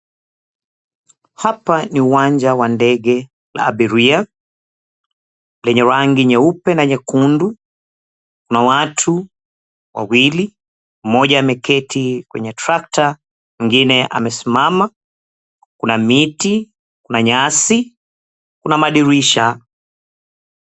Hapa ni uwanja wa ndege la abiria, lenye rangi nyeupe na nyekundu. Kuna watu wawili, mmoja ameketi kwenye tractor , mwengine amesimama. Kuna miti, kuna nyasi, kuna madirisha.